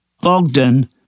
Bogdan